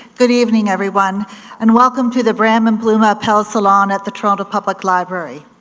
good evening everyone and welcome to the bram and bluma appel salon at the toronto public library.